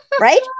Right